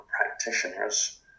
practitioners